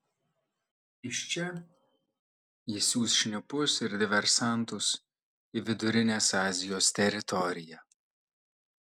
iš čia jis siųs šnipus ir diversantus į vidurinės azijos teritoriją